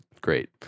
great